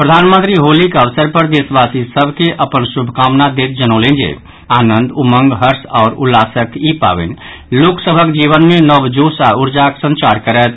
प्रधानमंत्री होलीक अवसर पर देशवासी सभ के अपन शुभकमना दैत जनौलनि जे आनंद उमंग हर्ष आओर उल्लासक ई पावनि लोक सभक जीवन मे नव जोश आ ऊर्जाक संचार करत